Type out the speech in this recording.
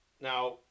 now